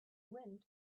wind